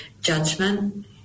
judgment